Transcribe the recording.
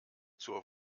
zur